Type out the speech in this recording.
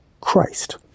Christ